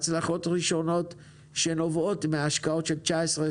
הצלחות ראשוניות שנובעות מההשקעות של 19',